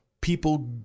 people